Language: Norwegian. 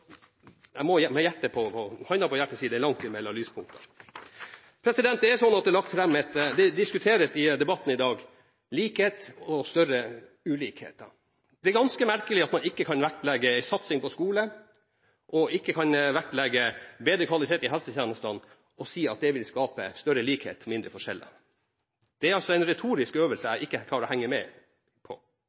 jeg er taleskriver for Arbeiderpartiets stortingsgruppe i dag, for jeg må med hånda på hjertet si at det er langt mellom lyspunktene. I debatten i dag diskuteres likhet og større ulikheter. Det er ganske merkelig at man ikke kan vektlegge satsing på skole og bedre kvalitet i helsetjenestene og si at det vil skape større likhet og mindre forskjeller. Det er en retorisk øvelse jeg ikke klarer å henge med på.